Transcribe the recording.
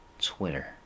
Twitter